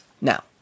now